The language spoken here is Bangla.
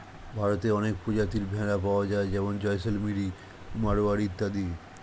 ভারতে অনেক প্রজাতির ভেড়া পাওয়া যায় যেমন জয়সলমিরি, মারোয়ারি ইত্যাদি